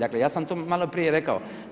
Dakle, ja sam to malo prije rekao.